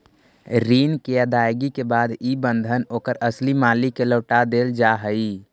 ऋण के अदायगी के बाद इ बंधन ओकर असली मालिक के लौटा देल जा हई